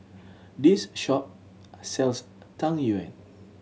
this shop sells Tang Yuen